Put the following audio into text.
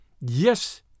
Yes